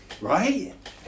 Right